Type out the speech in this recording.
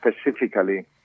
specifically